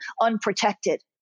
unprotected